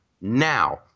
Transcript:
now